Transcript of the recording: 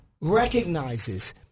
recognizes